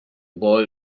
boy